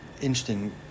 Interesting